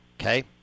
Okay